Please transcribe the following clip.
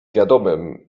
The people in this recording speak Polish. wiadomym